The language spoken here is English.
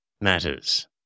matters